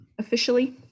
officially